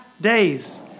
days